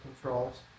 controls